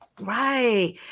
Right